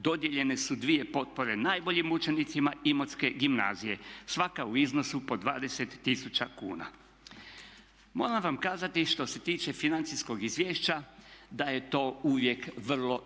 dodijeljene su dvije potpore najboljim učenicima Imotske gimnazije svaka u iznosu po 20 000 kuna. Moram vam kazati što se tiče financijskog izvješća da je to uvijek vrlo delikatno